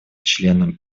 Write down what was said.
членам